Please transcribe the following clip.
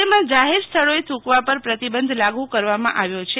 રાજ્યમાં જાહેર સ્થળોએ થૂકવા પર પ્રતિબંધ લાગુ કરવામાં આવ્યો છે